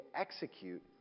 execute